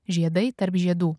žiedai tarp žiedų